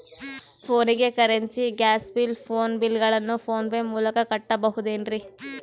ಫೋನಿಗೆ currency, gas bill, phone bill ಗಳನ್ನು PhonePe ಮೂಲಕ ಕಟ್ಟಬಹುದೇನ್ರಿ?